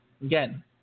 Again